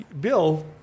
Bill